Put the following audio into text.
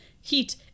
Heat